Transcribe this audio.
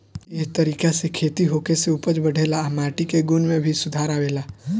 ए तरीका से खेती होखे से उपज बढ़ेला आ माटी के गुण में भी सुधार आवेला